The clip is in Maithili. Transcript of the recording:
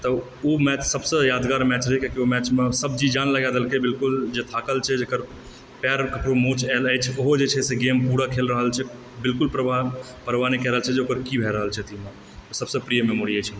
तऽ ओ मैच सबसँ यादगार मैच रहए किआकि ओ मैचमे सब जी जान लगा देलकए बिल्कुल जे थाकल छै जेकर पैरमे ककरो मोच आएल अछि ओहो जे छै से गेम पूरा खेल रहल छै बिल्कुल परवाह नहि कए रहल छै जे ओकर की भए रहल छथिन सबसँ प्रिय मेमोरी अछि